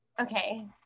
Okay